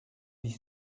dix